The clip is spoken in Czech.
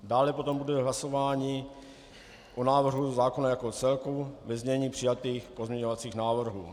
Dále potom bude hlasování o návrhu zákona jako celku ve znění přijatých pozměňovacích návrhů.